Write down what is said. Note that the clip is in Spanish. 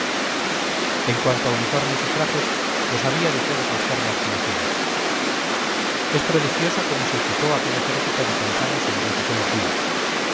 en cuanto a uniformes y trajes los había de todas las formas conocidas es prodigioso cómo se equipóaquel ejército de paisanos en diez y seis días